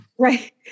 Right